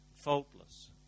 Faultless